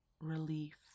relief